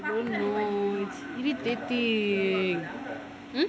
I don't know irritating hmm